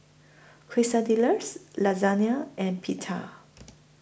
Quesadillas Lasagna and Pita